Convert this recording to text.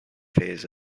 phase